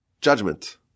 Judgment